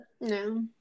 No